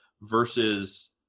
versus